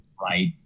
right